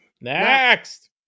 Next